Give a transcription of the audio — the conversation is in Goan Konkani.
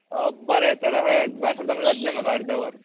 हय बरें तर अशें भायर सरता म्हणल्यार जातलें म्हाका अर्दें वर